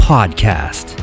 Podcast